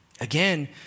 Again